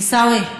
עיסאווי,